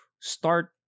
start